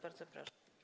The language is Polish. Bardzo proszę.